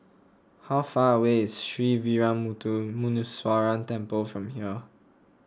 how far away is Sree Veeramuthu Muneeswaran Temple from here